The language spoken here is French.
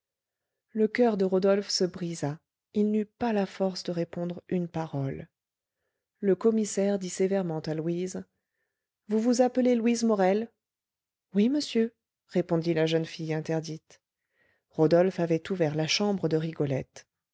le coeur de rodolphe se brisa il n'eut pas la force de répondre une parole le commissaire dit sévèrement à louise vous vous appelez louise morel oui monsieur répondit la jeune fille interdite rodolphe avait ouvert la chambre de rigolette